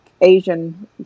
Asian